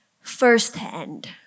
firsthand